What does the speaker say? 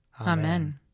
Amen